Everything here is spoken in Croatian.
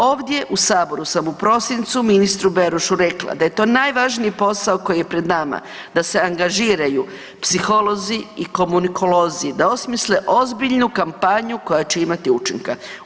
Ovdje u Saboru sam u prosincu ministru Berošu rekla da je to najvažniji posao koji je pred nama, da se angažiraju psiholozi i komunikolozi, da osmisle ozbiljnu kampanju koja će imati učinka.